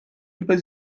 über